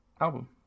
album